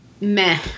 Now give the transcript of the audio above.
meh